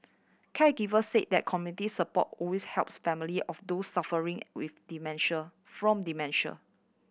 caregivers said that community support always helps family of those suffering with dementia from dementia